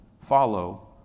follow